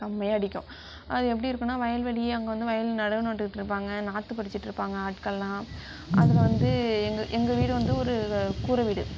செம்மையா அடிக்கும் அது எப்படி இருக்கும்ன்னா வயல்வெளி அங்கே வந்து வயல் நடவு நட்டுக்கிட்டு இருப்பாங்க நாற்று பறிச்சிகிட்டு இருப்பாங்க ஆட்கள்லாம் அதில் வந்து எங்கள் எங்கள் வீடு வந்து ஒரு கூரை வீடு